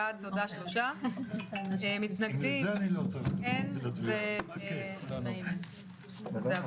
הצבעה בעד, 3 נגד, אין נמנעים, אין אושרה.